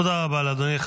תודה רבה לאדוני.